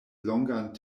longan